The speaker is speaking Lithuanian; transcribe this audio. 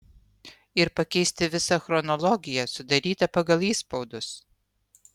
ir pakeisti visą chronologiją sudarytą pagal įspaudus